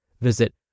Visit